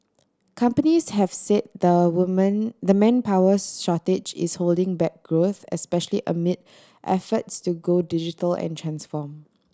companies have say the woman the manpowers shortage is holding back growth especially amid efforts to go digital and transform